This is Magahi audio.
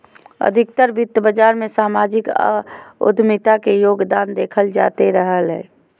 अधिकतर वित्त बाजार मे सामाजिक उद्यमिता के योगदान देखल जाते रहलय हें